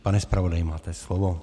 Pane zpravodaji, máte slovo.